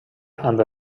amb